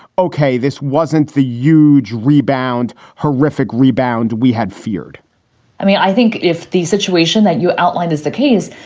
ok. this wasn't the euge rebound horrific rebound we had feared i mean, i think if the situation that you outlined is the case,